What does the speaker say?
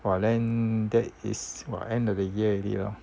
!wah! then that is for end of the year already lor